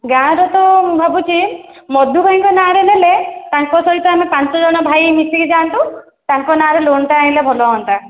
ଗାଁର ତ ମୁଁ ଭାବୁଛି ମଧୁ ଭାଇଙ୍କ ନାଁରେ ନେଲେ ତାଙ୍କ ସହିତ ଆମେ ପାଞ୍ଚ ଜଣ ଭାଇ ମିଶିକି ଯାଆନ୍ତୁ ତାଙ୍କ ନାଁରେ ଲୋନ୍ଟା ଆଣିଲେ ଭଲ ହୁଅନ୍ତା